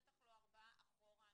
בטח לא ארבעה אחורה.